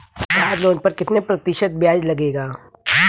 Car loan पर कितने प्रतिशत ब्याज लगेगा?